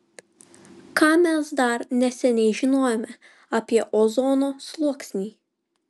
ką mes dar neseniai žinojome apie ozono sluoksnį